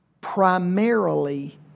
primarily